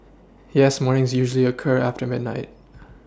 yes mornings usually occur after midnight